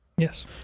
Yes